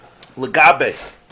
Legabe